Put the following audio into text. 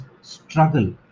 struggle